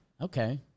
Okay